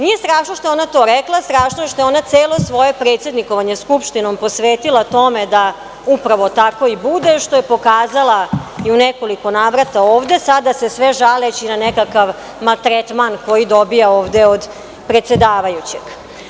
Nije strašno što je ona to rekla, strašno je što ona celo svoje predsednikovanje Skupštinom posvetila tome da upravo tako i bude, štoje pokazalai u nekoliko navrata ovde sada se sve žaleći na nekakav ma tretman koji dobija ovde od predsedavajućeg.